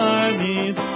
armies